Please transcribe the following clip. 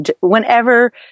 whenever